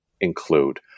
include